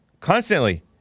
constantly